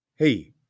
Hey